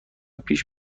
پیش